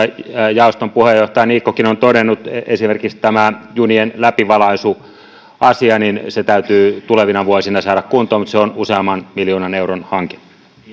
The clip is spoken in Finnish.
jaoston puheenjohtaja niikkokin on todennut esimerkiksi tämä junien läpivalaisuasia täytyy tulevina vuosina saada kuntoon mutta se on useamman miljoonan euron hanke